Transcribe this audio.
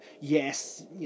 Yes